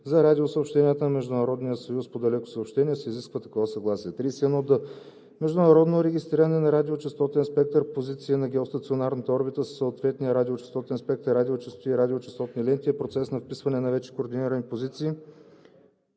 за радиосъобщенията на Международния съюз по далекосъобщения се изисква такова съгласие. 31д. „Международно регистриране на радиочестотен спектър, позиции на геостационарната орбита със съответния радиочестотен спектър, радиочестоти и радиочестотни ленти“ е процес на вписване на вече координирани позиции